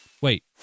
wait